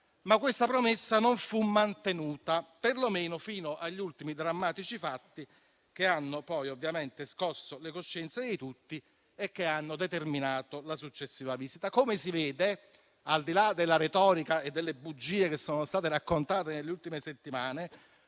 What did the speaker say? ma questa promessa non fu mantenuta, perlomeno fino agli ultimi drammatici fatti, che hanno poi ovviamente scosso le coscienze di tutti e hanno determinato la successiva visita. Come si vede, al di là della retorica e delle bugie che sono state raccontate nelle ultime settimane,